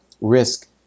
risk